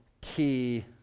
key